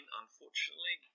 unfortunately